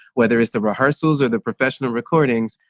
whether it's the rehearsals or the professional recordings,